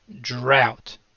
drought